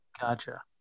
Gotcha